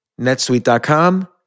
netsuite.com